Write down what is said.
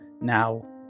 now